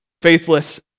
faithless